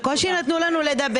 בקושי נתנו לנו לדבר.